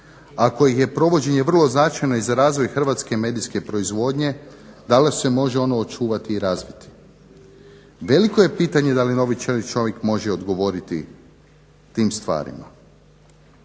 kojih je provođenje vrlo značajno i za razvoj hrvatske medijske proizvodnje da li se može ono očuvati i razviti. Veliko je pitanje da li novi čelni čovjek može odgovoriti tim stvarima.